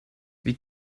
wie